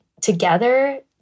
together